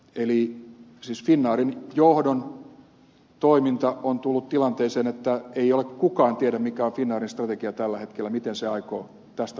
eli finnairin johdon toiminta on tullut tilanteeseen että ei kukaan tiedä mikä on finnairin strategia tällä hetkellä miten se aikoo tästä lamasta tulla ulos